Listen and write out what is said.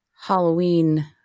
Halloween